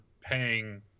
paying